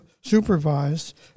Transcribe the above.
supervised